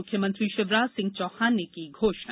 मुख्यमंत्री शिवराज सिंह चौहान ने की घोषणा